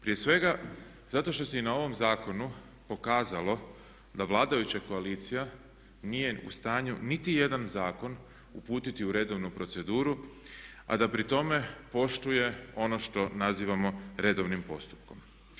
Prije svega, zato što se i na ovom zakonu pokazalo da vladajuća koalicija nije u stanju niti jedan zakon uputiti u redovnu proceduru a da pri tome poštuje ono što nazivamo redovnim postupkom.